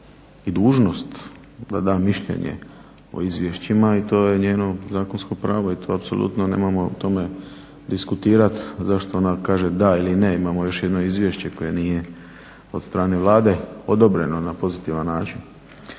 i dužnost da da mišljenje o izvješćima i to je njeno zakonsko pravo i to apsolutno nemojmo o tome diskutirati zašto ona kaže da ili ne, imamo još jedno izvješće koje nije od strane Vlade odobreno na pozitivan način.